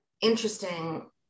interesting